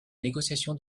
négociation